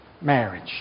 marriage